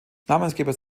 namensgeber